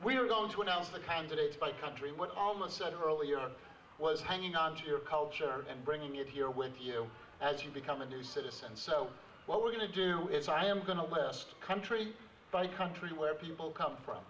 we're going to announce the candidates by country what i almost said earlier was hanging on to your culture and bringing it here with you as you become a new status and so what we're going to do is i am going to best country by country where people come from